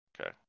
Okay